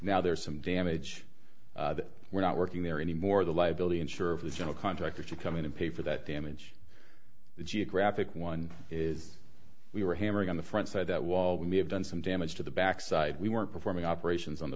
now there is some damage that we're not working there anymore the liability insurance the general contractor to come in and pay for that damage geographic one is we were hammering on the front side that wall we may have done some damage to the back side we weren't performing operations on the